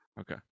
Okay